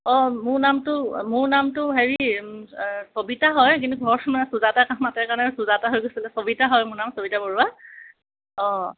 অঁ মোৰ নামটো মোৰ নামটো হেৰি চবিতা হয় কিন্তু ঘৰত চুজাতা মাতে কাৰণে চুজাতা হৈ গৈছিলে চবিতা হয় মোৰ নাম চবিতা বৰুৱা অঁ